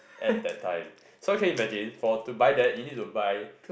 at that time so can you imagine for to buy that you need to buy